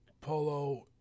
Polo